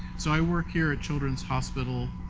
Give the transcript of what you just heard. so i work here at children's hospital.